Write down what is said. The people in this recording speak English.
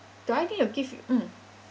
do I need to give mm